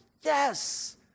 Yes